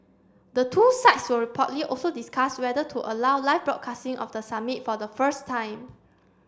the two sides will reportedly also discuss whether to allow live broadcasting of the summit for the first time